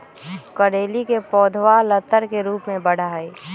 करेली के पौधवा लतर के रूप में बढ़ा हई